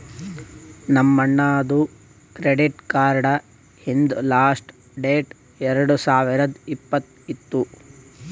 ನಮ್ ಅಣ್ಣಾದು credit card ಹಿಂದ್ ಲಾಸ್ಟ್ ಡೇಟ್ ಎರಡು ಸಾವಿರದ್ ಇಪ್ಪತ್ತ್ ಇತ್ತು